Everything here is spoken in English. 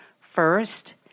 First